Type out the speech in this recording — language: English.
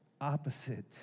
opposite